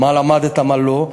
מה למדת, מה לא,